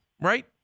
right